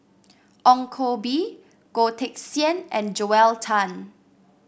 Ong Koh Bee Goh Teck Sian and Joel Tan